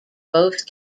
both